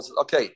Okay